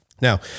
Now